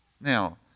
Now